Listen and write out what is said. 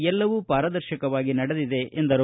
ಎಲ್ಲವೂ ಪಾರದರ್ಶಕವಾಗಿ ನಡೆದಿದೆ ಎಂದರು